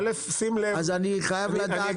אז אני חייב לדעת --- שים לב,